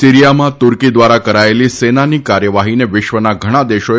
સીરીયામાં તુર્કી ધ્વારા કરાયેલી સેનાની કાર્યવાહીને વિશ્વના ઘણા દેશોએ